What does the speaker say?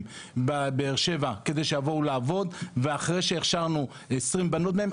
בבאר שבע כדי שיבוא לעבוד ואחרי שהכשרנו 20 בנות מהם,